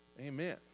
Amen